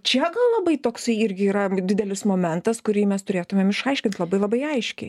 čia gal labai toksai irgi yra didelis momentas kurį mes turėtumėm išaiškint labai labai aiškiai